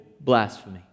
blasphemy